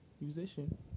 Musician